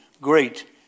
Great